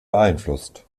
beeinflusst